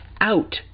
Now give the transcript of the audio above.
out